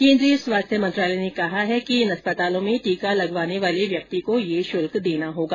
केन्द्रीय स्वास्थ्य मंत्रालय ने कहा है कि इन अस्पतालों में टीका लगवाने वाले व्यक्ति को ये शुल्क देना होगा